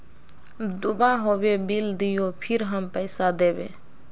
दूबा होबे बिल दियो फिर हम पैसा देबे?